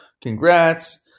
Congrats